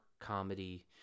comedy